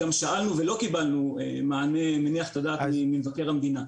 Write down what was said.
גם שאלנו ולא קיבלנו מענה מניח את הדעת ממבקר המדינה,